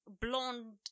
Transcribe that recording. blonde